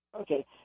okay